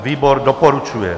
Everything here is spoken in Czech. Výbor doporučuje.